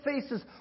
faces